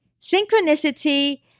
Synchronicity